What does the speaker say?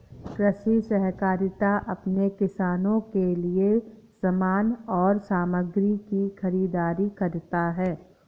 कृषि सहकारिता अपने किसानों के लिए समान और सामग्री की खरीदारी करता है